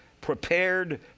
prepared